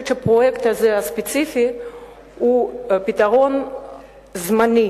שהפרויקט הספציפי הזה הוא פתרון זמני